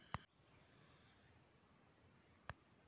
ನನ್ನ ಕಾರ್ ಇಟ್ಟು ಸಾಲವನ್ನು ತಗೋಳ್ಬಹುದಾ?